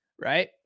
right